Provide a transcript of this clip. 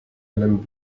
einen